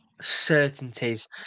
certainties